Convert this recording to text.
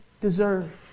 deserve